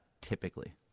typically